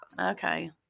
Okay